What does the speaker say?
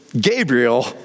Gabriel